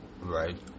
Right